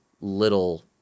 little